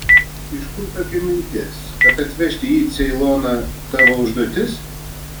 iš kur tokia mintis kad atvežti jį į ceiloną tavo užduotis